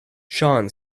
sean